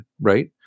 right